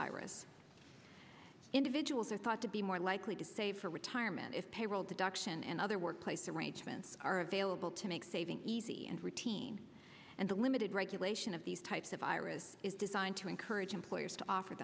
iras individuals are thought to be more likely to save for retirement if payroll deduction and other workplace arrangements are available to make saving easy and routine and the limited regulation of these types of virus is designed to encourage employers to offer